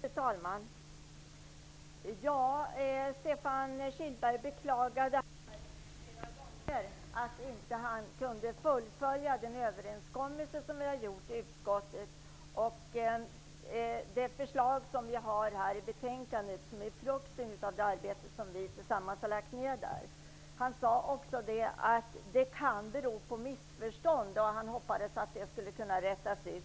Fru talman! Stefan Kihlberg beklagade flera gånger att han inte kunde fullfölja den överenskommelse som vi har gjort i utskottet. Det förslag som finns i betänkandet är frukten av det arbete som vi har lagt ned tillsammans. Stefan Kihlberg sade också att det kan bero på missförstånd. Han hoppades att det skulle kunna rättas till.